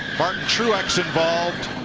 martin truex. and but